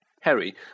Harry